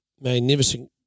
magnificent